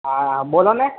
હા બોલોને